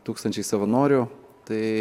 tūkstančiai savanorių tai